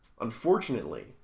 Unfortunately